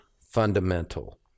fundamental